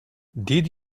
did